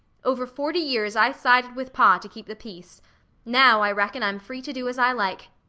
over forty years, i sided with pa, to keep the peace now i reckon i'm free to do as i like.